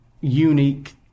unique